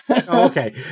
Okay